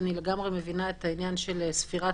ואני לגמרי מבינה את העניין של ספירת